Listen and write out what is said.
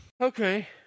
Okay